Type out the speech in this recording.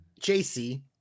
JC